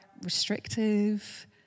restrictive